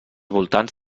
voltants